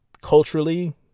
culturally